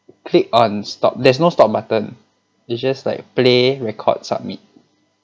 click on stop there's no stop button it's just like play record submit